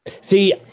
See